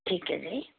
ਠੀਕ ਹੈ ਜੀ